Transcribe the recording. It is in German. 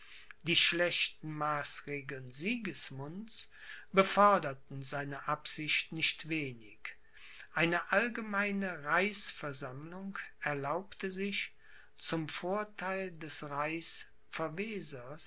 die schlechten maßregeln sigismunds beförderten seine absicht nicht wenig eine allgemeine reichsversammlung erlaubte sich zum vortheil des